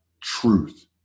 truth